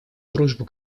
дружбу